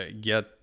get